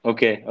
Okay